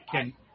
Okay